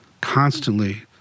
constantly